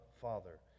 Father